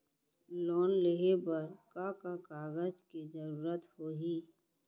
Loan लेहे बर का का कागज के जरूरत होही?